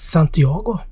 Santiago